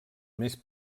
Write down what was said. més